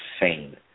insane